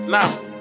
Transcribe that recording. Now